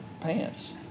pants